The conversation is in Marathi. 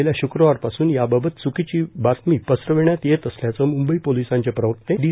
गेल्या श्क्रवारपासून याबाबत चुकीची बातमी पसरविण्यात येत असल्याचं मुंबई पोलीसांचे प्रवक्ते डी